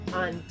on